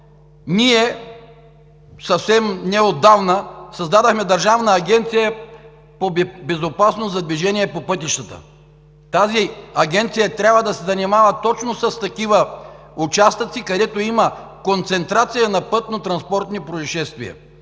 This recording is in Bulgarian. Ние съвсем неотдавна създадохме Държавна агенция „Безопасност на движение по пътищата“. Тази агенция трябва да се занимава точно с такива участъци, където има концентрация на пътнотранспортни произшествия.